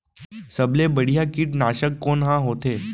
सबले बढ़िया कीटनाशक कोन ह होथे?